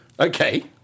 Okay